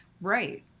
Right